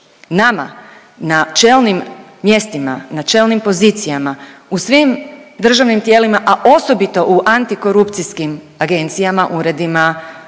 Nama na čelnim mjestima, na čelnim pozicijama, u svim državnim tijelima, a osobito u antikorupcijskim agencijama, uredima,